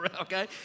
okay